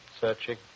Searching